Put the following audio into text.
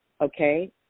okay